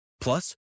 Plus